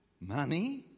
Money